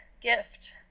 gift